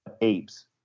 apes